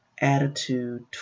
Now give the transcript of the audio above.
attitude